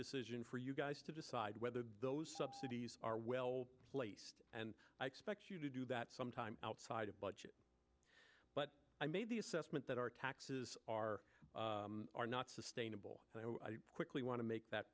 decision for you guys to decide whether those subsidies are well placed and i expect you to do that sometime outside of budget but i made the assessment that our taxes are are not sustainable and i quickly want to make that